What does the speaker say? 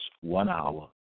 one-hour